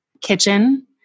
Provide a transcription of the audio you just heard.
kitchen